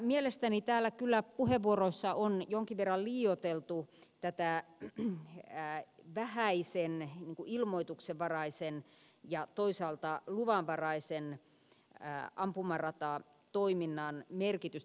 mielestäni täällä kyllä puheenvuoroissa on jonkin verran liioiteltu tätä vähäisen ilmoituksenvaraisen ja toisaalta luvanvaraisen ampumaratatoiminnan merkitystä